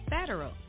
federal